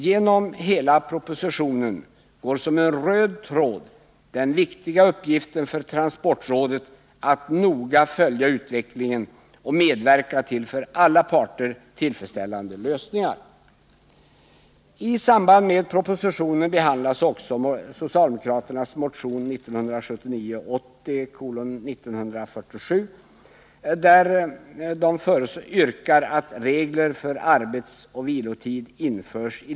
Genom hela propositionen går som en röd tråd den viktiga uppgiften för transportrådet att noga följa utvecklingen och medverka till för alla parter tillfredsställande lösningar.